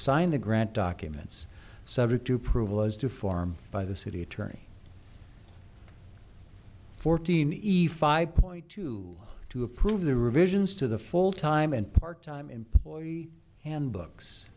sign the grant documents subject to prove was to form by the city attorney fourteen eve five point two two approve the revisions to the full time and part time employee and books